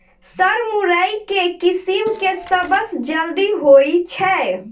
Sir मुरई केँ किसिम केँ सबसँ जल्दी होइ छै?